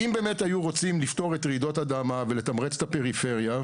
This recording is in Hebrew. ואם באמת היו רוצים לפתור את רעידות האדמה ולתמרץ את הפריפריה,